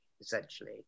essentially